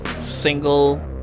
single